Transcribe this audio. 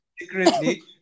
secretly